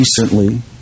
recently